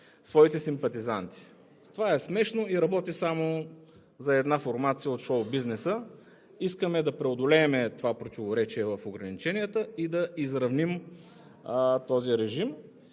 своите симпатизанти. Това е смешно и работи само за една формация от шоубизнеса. Искаме да преодолеем това противоречие в ограниченията и да изравним този режим.